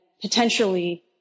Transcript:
potentially